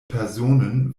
personen